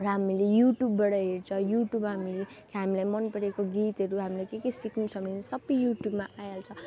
र हामीले युट्युबबाट हेर्छौँ युट्युबमा हामीले हामीले मनपरेको गीतहरू हामीले के के सिक्नु छ भने सबै युट्युबमा आइहाल्छ